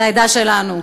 לעדה שלנו,